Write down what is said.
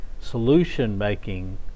solution-making